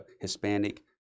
hispanic